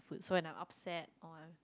food so when I'm upset or I'm